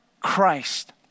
Christ